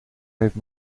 heeft